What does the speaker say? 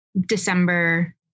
December